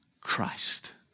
Christ